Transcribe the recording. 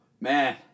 man